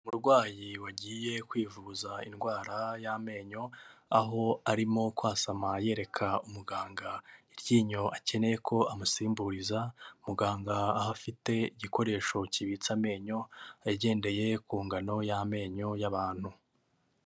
Umurwayi wagiye kwivuza indwara y'amenyo, aho arimo kwasama yereka umuganga iryinyo akeneye ko amusimburiza, muganga aho afite igikoresho kibitse amenyo agendeye ku ngano y'amenyo y'abantu.